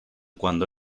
cuando